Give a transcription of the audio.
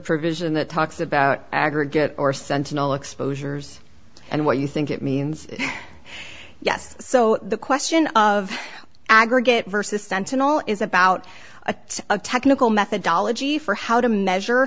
provision that talks about aggregate or sentinel exposures and what you think it means yes so the question of aggregate versus sentinel is about a it's a technical methodology for how to measure